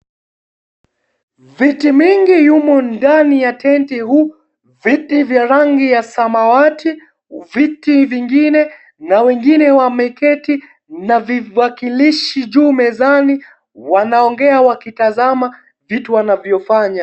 Viti vingi yumo ndani ya tenti huku viti vya rangi ya samawati, viti vingine na wengine wameketi na viwakilishi juu mezani. Wanaongea wakitazama vitu wanavyofanya.